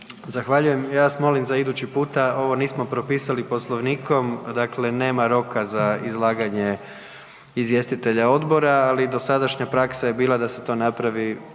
Zahvaljujem. Ja vas molim za idući puta, ovo nismo propisali Poslovnikom, dakle nema roka za izlaganje izvjestitelja odbora, ali dosadašnja praksa je bila da se to napravi